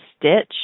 stitch